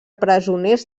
presoners